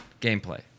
gameplay